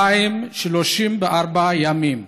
1,234 ימים.